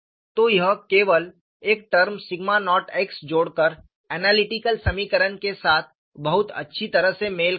तो यह केवल एक टर्म सिग्मा नॉट x जोड़कर ऐनालिटिकल समीकरण के साथ बहुत अच्छी तरह से मेल खाता है